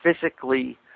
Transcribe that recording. physically